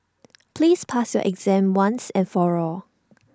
please pass your exam once and for all